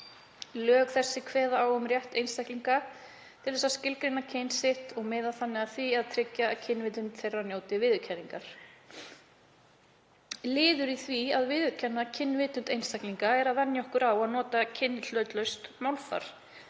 „Lög þessi kveða á um rétt einstaklinga til þess að skilgreina kyn sitt og miða þannig að því að tryggja að kynvitund þeirra njóti viðurkenningar.“ Liður í því að viðurkenna kynvitund einstaklinga er að venja okkur á að nota kynhlutlaust málfar